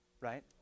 Right